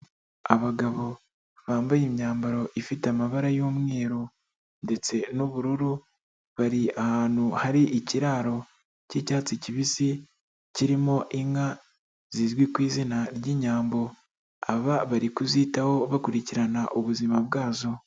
Abagabo bambaye imyambaro ifite amabara y'umweru ndetse n'ubururu, bari ahantu hari ikiraro cy'icyatsi kibisi, kirimo inka zizwi ku izina ry'Inyambo, aba bari kuzitaho bakurikirana ubuzima bwazo.